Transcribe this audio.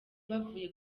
bavuye